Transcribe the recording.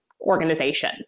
organization